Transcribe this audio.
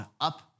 up